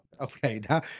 Okay